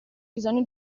bisogno